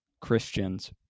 Christians